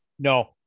No